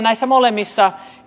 näissä molemmissa